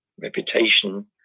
reputation